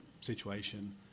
situation